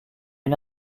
une